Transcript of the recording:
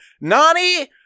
Nani